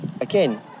again